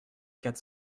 quatre